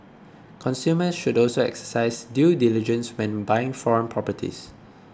consumers should also exercise due diligence when buying foreign properties